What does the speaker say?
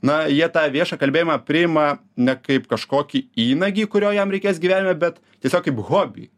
na jie tą viešą kalbėjimą priima ne kaip kažkokį įnagį kurio jam reikės gyvenime bet tiesiog kaip hobį